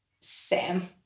Sam